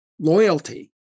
loyalty